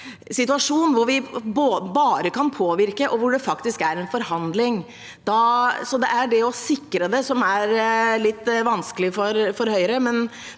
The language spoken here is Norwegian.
situasjon hvor vi bare kan påvirke, og hvor det faktisk er en forhandling. Så det er det med å sikre det som er litt vanskelig for Høyre.